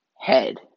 head